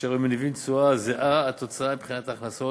אשר היו מניבים תשואה זהה, התוצאה מבחינת ההכנסות,